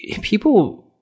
people –